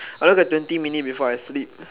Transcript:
I look at twenty minute before I sleep